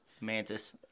Mantis